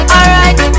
Alright